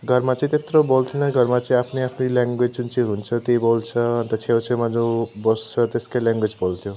घरमा चाहिँ त्यत्रो बोल्थेन घरमा चाहिँ आफ्नै आफ्नै ल्याङ्ग्वेज जुन चाहिँ हुन्छ त्यही बोल्छ अन्त छेउ छेउमा जो बस्छ त्यसकै ल्याङ्ग्वेज बोल्थ्यो